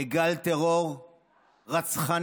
בגל טרור רצחני,